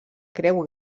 creu